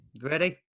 Ready